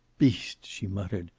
beast! she muttered.